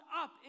up